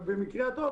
ובמקרה הטוב,